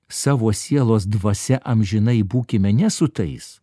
savo sielos dvasia amžinai būkime ne su tais